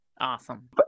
Awesome